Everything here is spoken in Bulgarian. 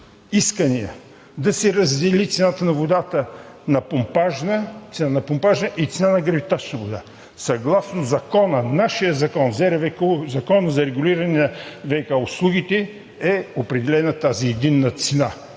искания да се раздели цената на водата на помпажна и цена на гравитачна вода. Съгласно нашия закон – Закона за регулиране на ВиК услугите – е определена тази единна цена.